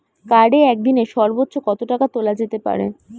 কার্ডে একদিনে সর্বোচ্চ কত টাকা তোলা যেতে পারে?